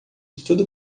tudo